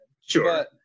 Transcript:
Sure